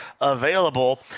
available